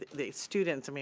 the students, i mean